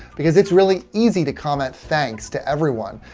because it's really easy to comment thanks to everyone,